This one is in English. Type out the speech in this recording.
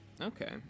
Okay